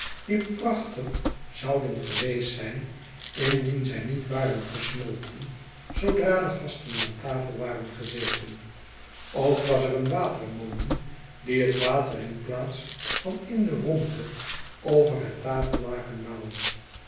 die prachtig zouden geweest zijn indien zij niet waren gesmolten zoodra de gasten aan tafel waren gezeten ook was er een watermolen die het water in plaats van in de rondte over het tafellaken maalde